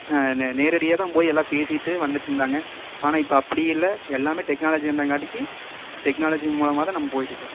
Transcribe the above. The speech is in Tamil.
நேரடியாக தான் போய் எல்லாம் பேசிவிட்டு வந்துட்டுருந்தாங்க ஆனால் இப்போ அப்படி இல்லை எல்லாமே டெக்னாலஜி வந்ததுங்காட்டிக்கி டெக்னாலஜி மூலமாக தான் நம்ம போய்ட்ருக்குறோம்